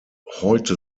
heute